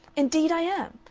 indeed i am!